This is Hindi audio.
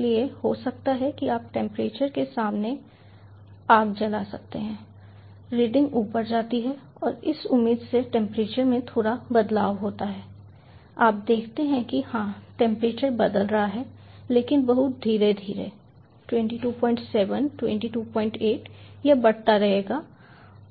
इसलिए हो सकता है कि आप टेंपरेचर के सामने आग जला सकते हैं रीडिंग ऊपर जाती है और इस उम्मीद से टेंपरेचर में थोड़ा बदलाव होता है आप देखते हैं कि हाँ टेंपरेचर बदल रहा है लेकिन बहुत धीरे धीरे 227 228 यह बढ़ता रहेगा